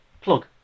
plug